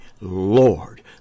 Lord